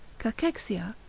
cachexia,